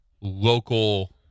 local